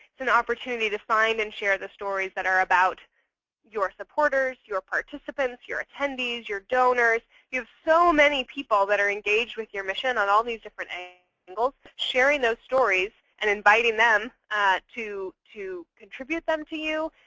it's an opportunity to find and share the stories that are about your supporters, your participants, your attendees, your donors. you have so many people that are engaged with your mission on all these different angles. sharing those stories and inviting them to to contribute them to you,